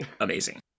amazing